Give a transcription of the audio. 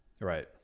Right